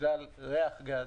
בגלל ריח גז.